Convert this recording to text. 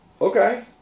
Okay